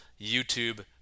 YouTube